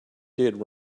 did